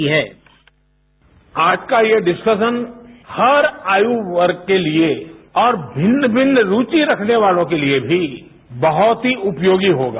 sound byte आज का ये डिस्कशन हर आयु वर्ग के लिए और मिन्न भिन्न रुचि रखने वालों के लिए भी बहुत ही उपयोगी होगा